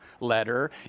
letter